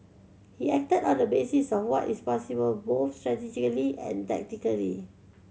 he acted on the basis of what is possible both strategically and tactically